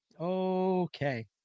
Okay